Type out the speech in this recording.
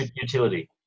utility